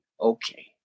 okay